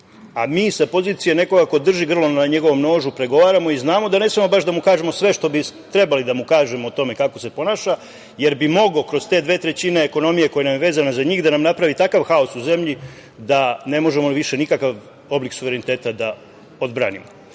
a mi sa pozicije nekoga ko drži grlo na njegovom nožu pregovaramo i znamo da ne smemo baš da mu kažemo sve što bi trebali da mu kažemo o tome kako se ponaša, jer bi mogao kroz te dve trećine ekonomije koja nam je vezana za njih da nam napravi takav haos u zemlji da ne možemo više nikakav oblik suvereniteta da odbranimo. Zbog